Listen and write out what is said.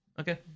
okay